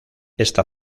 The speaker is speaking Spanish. esta